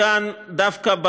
כאן דווקא,